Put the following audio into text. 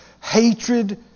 hatred